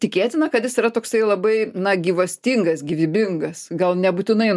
tikėtina kad jis yra toksai labai na gyvastingas gyvybingas gal nebūtinai